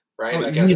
right